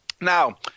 Now